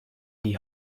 die